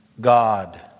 God